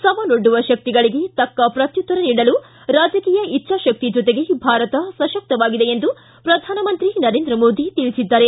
ಸವಾಲೊಡ್ಡುವ ಶಕ್ತಿಗಳಿಗೆ ತಕ್ಕ ಪ್ರಕ್ಯುತ್ತರ ನೀಡಲು ರಾಜಕೀಯ ಇಚ್ಛಾಶಕ್ತಿ ಜೊತೆಗೆ ಭಾರತ ಸಶಕ್ತವಾಗಿದೆ ಎಂದು ಪ್ರಧಾನಮಂತ್ರಿ ನರೇಂದ್ರ ಮೋದಿ ತಿಳಿಸಿದ್ದಾರೆ